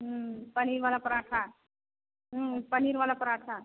पनीर वाला पराठा पनीर वाला पराठा